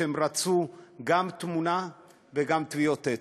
שרצו גם תמונה וגם טביעות אצבע.